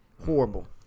horrible